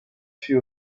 fut